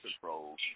controls